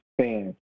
fans